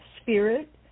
spirit